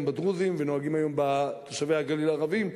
בדרוזים ונוהגים היום בתושבי הגליל הערבים.